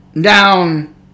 down